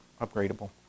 upgradable